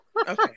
okay